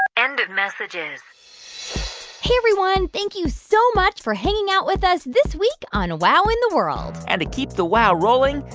end of messages hey, everyone. thank you so much for hanging out with us this week on wow in the world and to keep the wow rolling,